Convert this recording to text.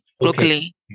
Locally